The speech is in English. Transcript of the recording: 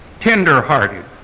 tender-hearted